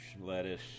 lettuce